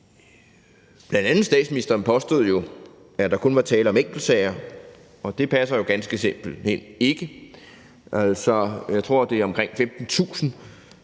fordi bl.a. statsministeren påstod, at der kun var tale om enkeltsager, og det passer jo simpelt hen ikke. Jeg tror, at det er omkring 15.000